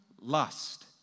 lust